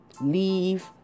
Leave